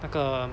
那个